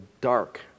dark